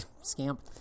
scamp